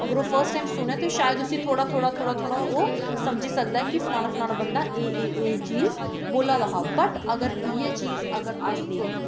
first time सुनै ते शायद उसी थोह्ड़ा थोह्ड़ा थोह्ड़ा थोह्ड़ा ओह् समझी सकदा ऐ कि फलाना फलाना बंदा एह् एह् एह् चीज बोला दा ओह् बट अगर इ'यै चीज अगर अस